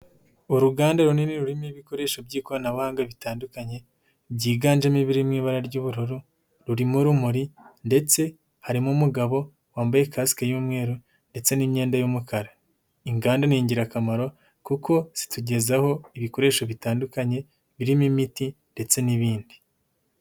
Uruganda runini rurimo ibikoresho by'ikoranabuhanga bitandukanye, byiganjemo ibiri mu ibara ry'ubururu, rurimo urumuri ndetse harimo umugabo wambaye kasike y'umweru ndetse n'imyenda y'umukara. Inganda ni ingirakamaro, kuko zitugezaho ibikoresho bitandukanye, birimo imiti ndetse n'ibindi.